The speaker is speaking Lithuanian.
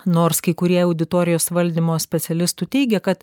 nors kai kurie auditorijos valdymo specialistų teigia kad